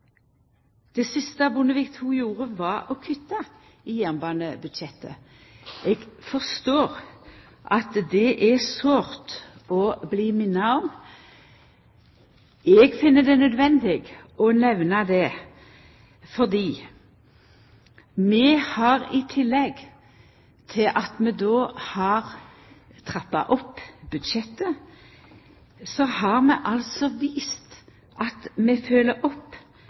Det siste Bondevik II gjorde, var å kutta i jernbanebudsjettet. Eg forstår at dette er sårt å bli minna om. Eg finn det nødvendig å nemna det fordi vi i tillegg til at vi har trappa opp budsjettet, har vist at vi følgjer opp.